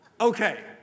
Okay